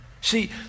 See